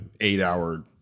eight-hour